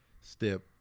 step